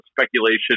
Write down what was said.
speculation